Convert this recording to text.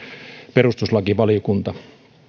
perustuslakivaliokunta